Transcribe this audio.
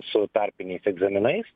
su tarpiniais egzaminais